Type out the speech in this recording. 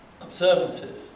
observances